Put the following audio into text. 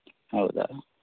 ಹೌದಾ